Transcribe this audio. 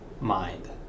mind